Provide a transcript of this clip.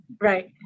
Right